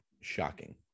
Shocking